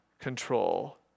control